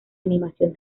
animación